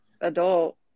adult